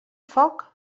foc